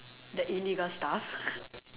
the illegal stuff